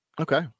Okay